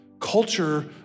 Culture